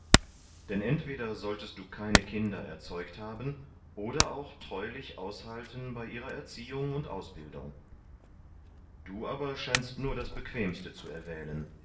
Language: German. denn entweder solltest du keine kinder erzeugt haben oder auch treulich aushaken bei ihrer erziehung und ausbildung du aber scheinst nur das bequemste zu erwählen